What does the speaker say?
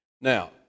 Now